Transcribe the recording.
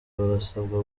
barasabwa